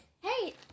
Hey